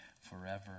forever